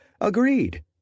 agreed